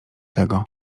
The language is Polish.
tego